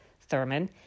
Thurman